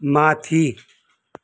माथि